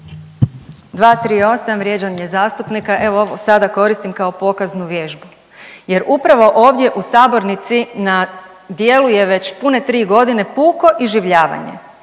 238, vrijeđanje zastupnika. Evo ovo sada koristim kao pokaznu vježbu jer upravo ovdje u sabornici na dijelu je već pune 3 godine puko iživljavanje